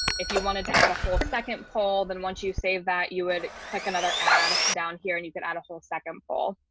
if you wanted to add a whole second poll, then once you save that, you would click another add down here and you can add a whole second poll.